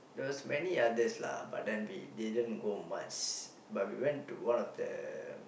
there was many others lah but then we didn't go much but we went to one of the